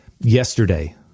yesterday